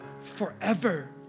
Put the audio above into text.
forever